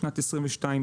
בשנת 22,